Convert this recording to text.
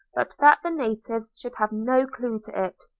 but that the natives should have no clue to it.